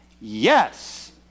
Yes